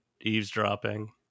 eavesdropping